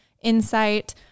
insight